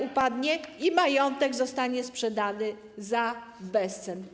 upadnie, a majątek zostanie sprzedany za bezcen.